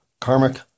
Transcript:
karmic